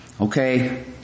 Okay